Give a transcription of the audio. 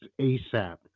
ASAP